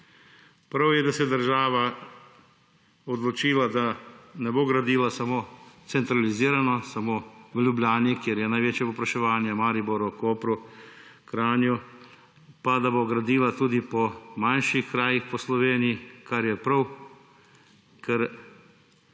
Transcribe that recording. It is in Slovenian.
Prav je, da se država odločila, da ne bo gradila samo centralizirano, samo v Ljubljani, kjer je največje povpraševanje, Mariboru, Kopru, Kranju, pa da bo gradila tudi po manjših krajih po Sloveniji, kar je prav, ker